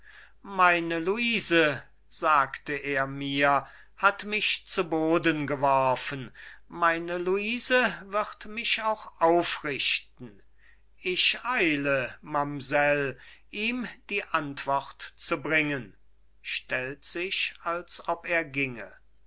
meine luise sagte er mir hat mich zu boden geworfen meine luise wird mich auch aufrichten ich eile mamsell ihm die antwort zu bringen